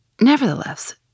Nevertheless